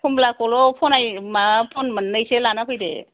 खमलाखौल' फन मोननैसो लानानै फैदो